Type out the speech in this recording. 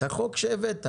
את החוק שהבאת.